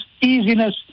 easiness